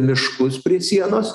miškus prie sienos